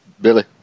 Billy